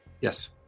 Yes